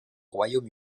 royaume